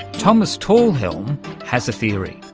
thomas talhelm has a theory,